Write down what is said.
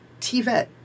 TVET